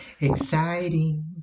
Exciting